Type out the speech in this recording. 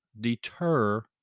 deter